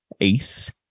Ace